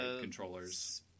controllers